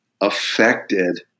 affected